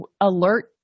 alert